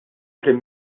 prim